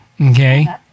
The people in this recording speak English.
Okay